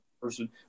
person